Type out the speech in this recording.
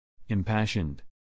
Impassioned